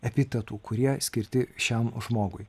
epitetų kurie skirti šiam žmogui